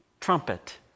trumpet